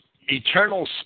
eternal